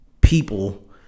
People